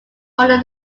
call